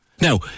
Now